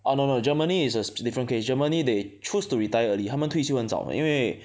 orh no no Germany is a different case Germany they choose to retire early 他们退休很早因为